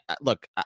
look